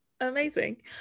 Amazing